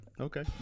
Okay